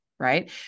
Right